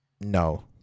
no